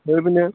ধৰি পিনে